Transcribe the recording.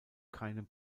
keinem